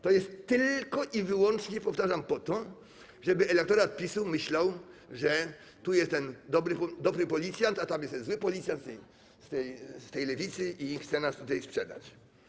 To jest tylko i wyłącznie, powtarzam, po to, żeby elektorat PiS-u myślał, że tu jest ten dobry policjant, a tam jest ten zły policjant, z tej lewicy, i chce nas tutaj sprzedać.